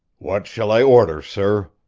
what shall i order, sir?